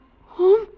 Home